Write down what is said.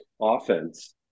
offense